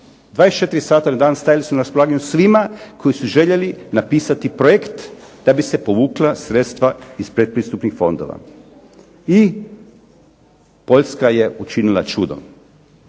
24 sata na dan stajali su na raspolaganju svima koji su željeli napisati projekt da bi se povukla sredstva iz predpristupnih fondova i Poljska je učinila čudo.